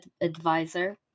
advisor